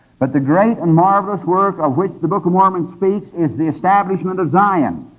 but the great and marvelous work of which the book of mormon speaks is the establishment of zion,